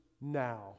now